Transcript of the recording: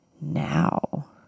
now